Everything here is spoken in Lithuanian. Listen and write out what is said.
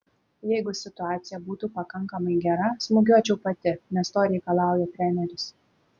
jeigu situacija būtų pakankamai gera smūgiuočiau pati nes to reikalauja treneris